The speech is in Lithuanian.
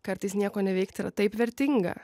kartais nieko neveikt yra taip vertinga